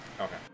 Okay